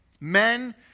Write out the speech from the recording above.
Men